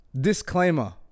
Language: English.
Disclaimer